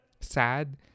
sad